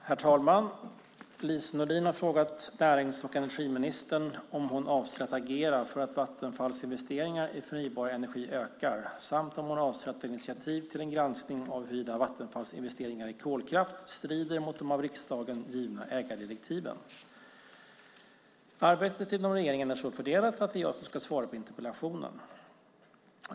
Herr talman! Lise Nordin har frågat närings och energiministern om hon avser att agera för att Vattenfalls investeringar i förnybar energi ökar samt om hon avser att ta initiativ till en granskning av huruvida Vattenfalls investeringar i kolkraft strider mot de av riksdagen givna ägardirektiven. Arbetet inom regeringen är så fördelat att det är jag som ska svara på interpellationen.